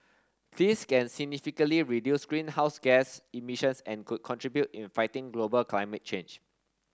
this can significantly reduce greenhouse gas emissions and could contribute in fighting global climate change